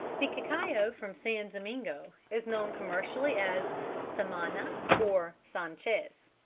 the cacao from san domingo is known commercially as samana or sanchez.